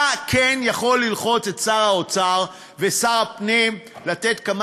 אתה כן יכול ללחוץ על שר האוצר ושר הפנים לתת כמה